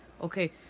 okay